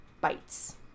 bites